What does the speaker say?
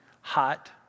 hot